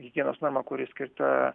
higienos norma kuri skirta